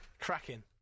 Cracking